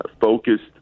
focused